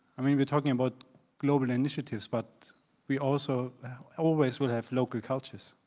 i mean we are talking about global initiatives but we also always will have local cultures.